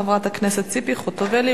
חברת הכנסת ציפי חוטובלי,